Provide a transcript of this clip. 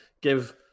give